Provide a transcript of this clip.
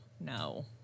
no